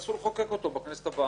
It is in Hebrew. תנסו לחוקק אותו בכנסת הבאה.